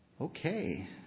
Okay